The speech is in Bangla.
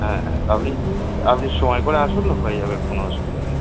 হ্যাঁ হ্যাঁ আপনি আপনি সময় করে আসুন হয়ে যাবে কোনো অসুবিধা নেই